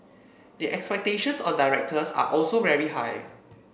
the expectations on directors are also very high